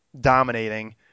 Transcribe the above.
dominating